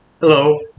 Hello